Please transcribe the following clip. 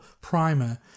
Primer